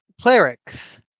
clerics